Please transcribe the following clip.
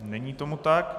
Není tomu tak.